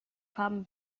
farben